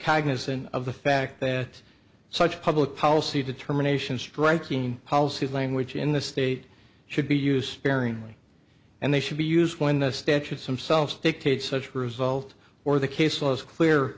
cognizant of the fact that such public policy determination striking in policy language in the state should be used sparingly and they should be used when the statutes themselves dictate such a result or the case law is clear